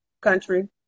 country